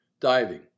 diving